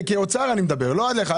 על האוצר אני מדבר, לא עליך.